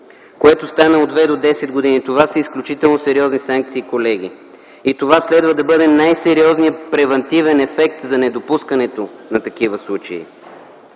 което стана от 2 до 10 години. Това са изключително сериозни санкции, колеги. Това следва да бъде и най-сериозният превантивен ефект за недопускането на такива случаи.